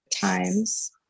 times